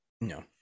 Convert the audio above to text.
no